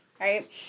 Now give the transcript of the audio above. right